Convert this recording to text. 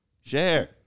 Share